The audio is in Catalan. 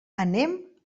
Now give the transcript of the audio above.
anem